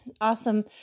awesome